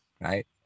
right